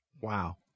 Wow